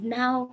now